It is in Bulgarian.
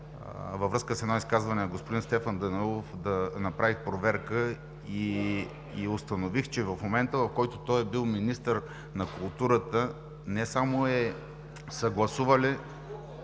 във връзка с едно изказване на господин Стефан Данаилов, направих проверка и установих, че в момента, в който той е бил министър на културата не само са гласували…